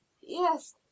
yes